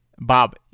Bob